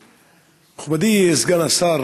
מכובדי סגן השר,